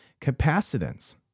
capacitance